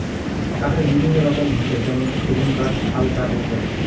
কাঠের বিভিন্ন রকম হসে যেমন সেগুন কাঠ, শাল কাঠ ইত্যাদি